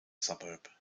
suburb